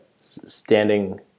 standing